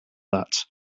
that